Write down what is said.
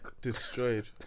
destroyed